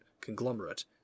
conglomerate